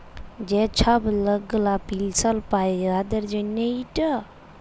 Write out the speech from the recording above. যে ছব লক গুলা পেলসল পায় উয়াদের জ্যনহে ইট